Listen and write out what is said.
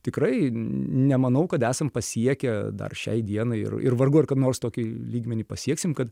tikrai nemanau kad esam pasiekę dar šiai dienai ir ir vargu ar kada nors tokį lygmenį pasieksim kad